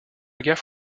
guerre